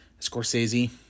Scorsese